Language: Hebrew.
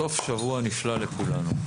סוף שבוע נפלא לכולנו.